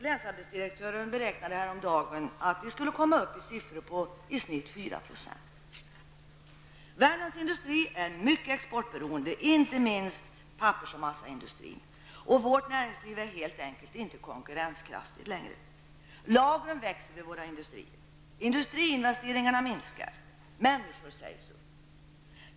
Länsarbetsdirektören beräknade häromdagen att vi skulle komma upp i siffror på i snitt 4 %. Värmlands industri är mycket exportberoende, inte minst pappers och massaindustrin. Vårt näringsliv är helt enkelt inte konkurrenskraftigt längre. Lagren växer vid våra industrier. Industriinvesteringarna minskar. Människor sägs upp.